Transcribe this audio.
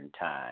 Time